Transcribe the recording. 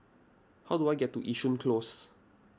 how do I get to Yishun Close